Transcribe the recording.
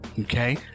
Okay